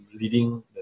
leading